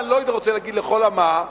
אני לא הייתי רוצה להגיד לכל המה,